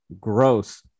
gross